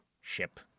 ship